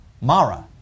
Mara